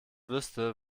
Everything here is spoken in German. wüsste